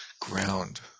ground